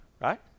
Right